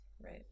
Right